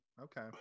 Okay